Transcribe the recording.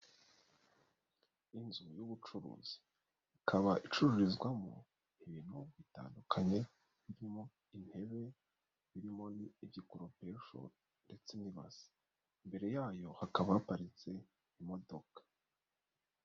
Inzu y'ubucuruzi, ikaba icururizwamo ibintu bitandukanye, birimo, intebe, birimo n'igikoropesho ndetse n'ibasi, mbere yayo hakaba haparitse imodoka.